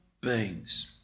beings